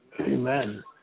Amen